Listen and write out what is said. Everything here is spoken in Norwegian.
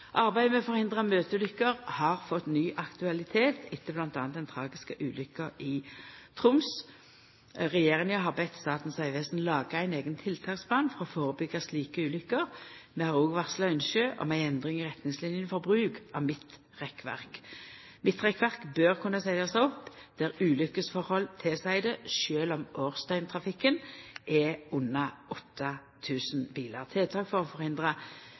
Arbeidet med å forhindra møteulukker har fått ny aktualitet etter bl.a. den tragiske ulukka i Troms. Regjeringa har bede Statens vegvesen laga ein eigen tiltaksplan for å førebyggja slike ulukker. Vi har òg varsla ynske om ei endring i retningslinene for bruk av midtrekkverk. Midtrekkverk bør kunne setjast opp der ulukkesforhold tilseier det, sjølv om årsdøgntrafikken er under 8 000 bilar. Tiltak for å